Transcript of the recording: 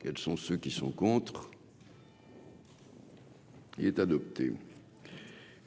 Quels sont ceux qui sont contre. Il est adopté,